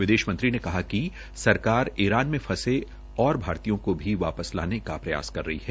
विदेश मंत्री ने कहा कि सरकार ईरान में फंसे और भारतीयों को भी वापस लाने का प्रयास कर रही है